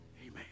Amen